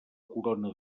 corona